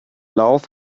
lauf